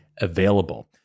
available